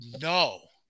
no